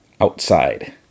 Outside